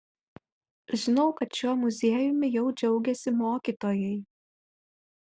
žinau kad šiuo muziejumi jau džiaugiasi mokytojai